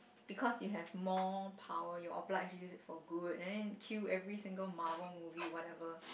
because you have more power you're obliged to use it for good and then kill every single Marvel movie whatever